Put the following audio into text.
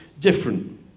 different